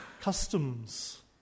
customs